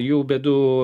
jų bėdų